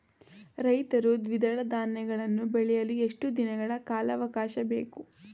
ರೈತರು ದ್ವಿದಳ ಧಾನ್ಯಗಳನ್ನು ಬೆಳೆಯಲು ಎಷ್ಟು ದಿನಗಳ ಕಾಲಾವಾಕಾಶ ಬೇಕು?